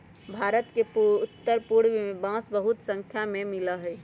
भारत के उत्तर पूर्व में बांस बहुत स्नाख्या में मिला हई